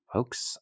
Folks